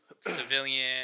civilian